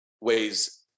ways